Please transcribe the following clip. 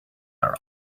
are